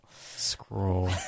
Scroll